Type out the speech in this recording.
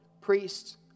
Priests